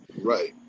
right